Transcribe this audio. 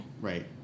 Right